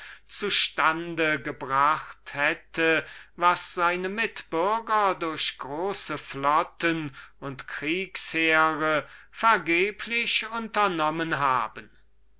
stande gebracht hätte was die athenienser mit großen flotten und kriegs heeren vergeblich unternommen haben